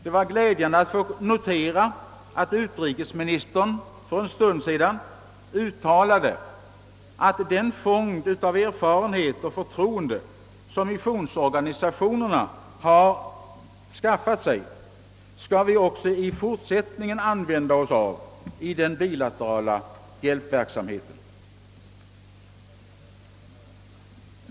Det var glädjande att få notera att utrikesministern för en stund sedan uttalade att »den fond av erfarenhet och förtroende som missionsorganisationerna har skaffat sig skall vi också i fortsättningen använda oss av i den bilaterala hjälpverksamheten».